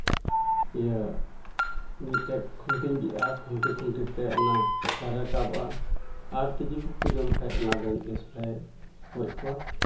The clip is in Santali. ᱤᱭᱟᱹ ᱢᱤᱫᱴᱮᱱ ᱠᱷᱩᱱᱴᱤᱧ ᱵᱤᱫᱟᱜᱼᱟ ᱠᱷᱩᱱᱴᱤ ᱠᱷᱩᱱᱴᱤ ᱛᱮ ᱚᱱᱟ ᱫᱟᱨᱮ ᱨᱟᱠᱟᱵᱚᱜᱼᱟ ᱟᱨ ᱛᱤᱡᱩ ᱠᱚᱠᱚ ᱡᱚᱢ ᱠᱷᱟᱱ ᱚᱱᱟ ᱫᱚ ᱥᱯᱨᱮᱹ ᱜᱚᱡ ᱠᱚᱣᱟ